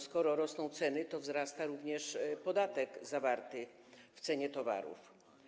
Skoro rosną ceny, to wzrasta również podatek zawarty w cenie towarów.